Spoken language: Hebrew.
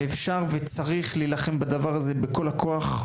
אפשר וצריך להילחם בדבר הזה בכל הכוח,